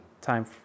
time